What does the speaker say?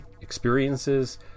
experiences